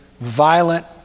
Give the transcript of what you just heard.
violent